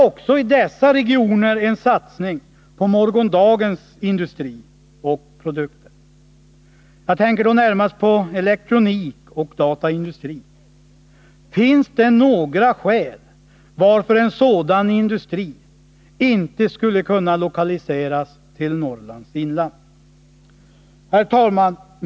Också i dessa regioner behövs en satsning på morgondagens industri och produkter. Jag tänker då närmast på elektronikoch dataindustri. Finns det några skäl till att en sådan industri inte skulle kunna lokaliseras till Norrlands inland? Herr talman!